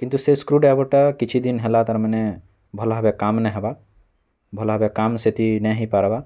କିନ୍ତୁ ସେ ସ୍କୃ ଡ଼୍ରାଇଭର୍ଟା କିଛିଦିନ ହେଲା ତାର୍ ମାନେ ଭଲ୍ ଭାବେ କାମ୍ ନାଇଁହେବା ଭଲ୍ ଭାବେ କାମ୍ ସେଥି ନାଇଁ ହେଇପାରବା